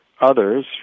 others